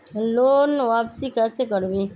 Loan वापसी कैसे करबी?